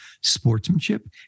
sportsmanship